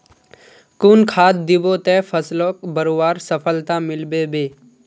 कुन खाद दिबो ते फसलोक बढ़वार सफलता मिलबे बे?